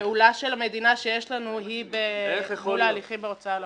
הפעולה של המדינה שיש לנו היא מול ההליכים בהוצאה לפועל.